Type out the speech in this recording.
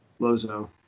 Lozo